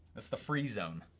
that's the free zone.